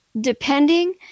depending